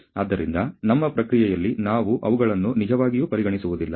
ಆದ್ದರಿಂದ ನಮ್ಮ ಪ್ರಕ್ರಿಯೆಯಲ್ಲಿ ನಾವು ಅವುಗಳನ್ನು ನಿಜವಾಗಿಯೂ ಪರಿಗಣಿಸುವುದಿಲ್ಲ